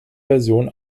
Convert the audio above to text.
version